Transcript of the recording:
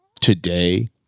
today